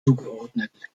zugeordnet